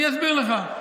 אני אסביר לך.